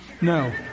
No